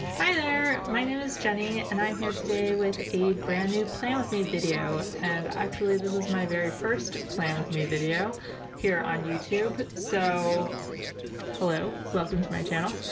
hi there my name is jenny and i'm here today with a brand new plan with me video and actually this is my very first plan with me video here on youtube so hello. welcome to my channel,